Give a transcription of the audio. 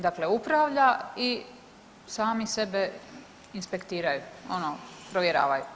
Dakle upravlja i sami sebe inspektiraju, ono provjeravaju.